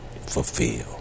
fulfill